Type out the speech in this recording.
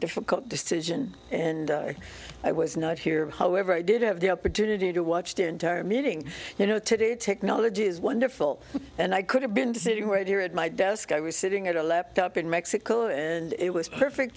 difficult decision and i was not here however i did have the opportunity to watch the entire meeting you know today technology is wonderful and i could have been sitting right here at my desk i was sitting at a laptop in mexico and it was perfect